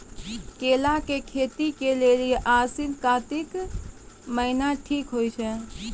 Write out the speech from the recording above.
केला के खेती के लेली आसिन कातिक महीना ठीक रहै छै